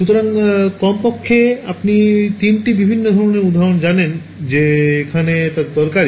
সুতরাং কমপক্ষে আপনি তিনটি বিভিন্ন ধরণের উদাহরণ জানেন যে এখানে তা দরকারী